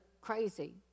crazy